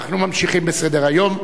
אנחנו ממשיכים בסדר-היום: